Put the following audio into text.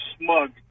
smug